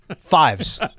fives